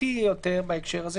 נעבור לסעיף המהותי יותר בהקשר הזה